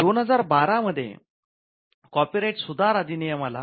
२०१२ मध्ये कॉपीराइट सुधार अधिनियम आला